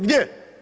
Gdje?